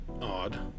Odd